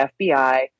FBI